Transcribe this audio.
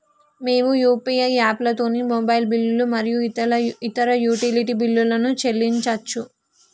మేము యూ.పీ.ఐ యాప్లతోని మొబైల్ బిల్లులు మరియు ఇతర యుటిలిటీ బిల్లులను చెల్లించచ్చు